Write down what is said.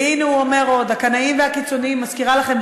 והנה הוא אומר עוד: "הקנאים והקיצוניים" מזכירה לכם,